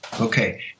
Okay